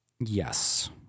Yes